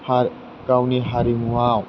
गावनि हारिमुआव